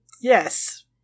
yes